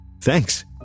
Thanks